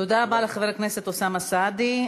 תודה רבה לחבר הכנסת אוסאמה סעדי.